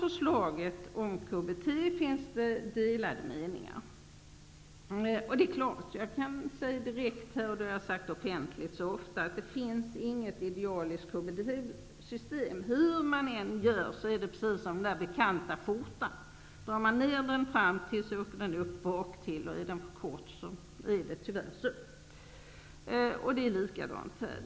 Det finns delade meningar om det förslag som gäller KBT. Som jag så ofta framhållit offentligt finns det inget idealiskt KBT-system. Hur man än gör är det som med den bekanta alltför korta skjortan: drar man ner den framtill, åker den upp baktill. Det är likadant här.